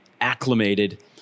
acclimated